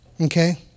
Okay